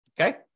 okay